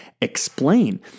explain